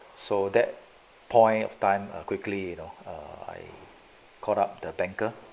so that point of time quickly you know I called up the banker